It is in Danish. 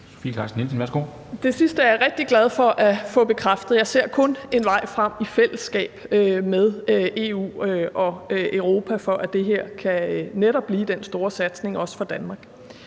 Det sidste er jeg rigtig glad for at få bekræftet. Jeg ser kun en vej frem i fællesskab med EU og Europa, for at det her netop kan blive den store satsning, også for Danmark.